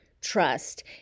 trust